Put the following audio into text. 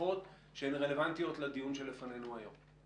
תוספות שהן רלבנטיות לדיון שלפנינו היום.